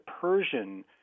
Persian